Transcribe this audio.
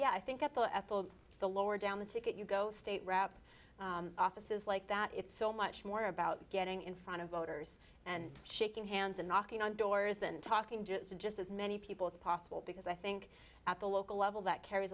ethyl the lower down the ticket you go state rep offices like that it's so much more about getting in front of voters and shaking hands and knocking on doors and talking just to just as many people as possible because i think at the local level that carries